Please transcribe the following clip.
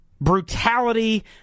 brutality